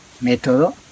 método